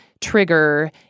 trigger